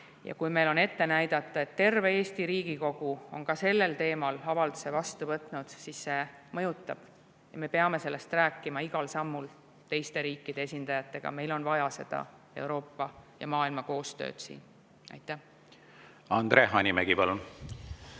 Ja kui meil on ette näidata, et terve Eesti Riigikogu on sellel teemal avalduse vastu võtnud, siis see mõjutab ka teisi. Me peame sellest rääkima igal sammul teiste riikide esindajatega, meil on vaja Euroopa ja maailma koostööd. Andre Hanimägi, palun!